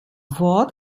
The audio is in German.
wort